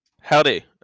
Howdy